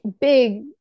big